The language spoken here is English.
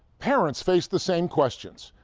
parents face the same questions.